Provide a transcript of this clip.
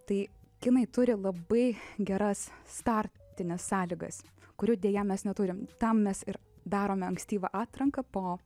tai kinai turi labai geras startines sąlygas kurių deja mes neturim tam mes ir darome ankstyvą atranka po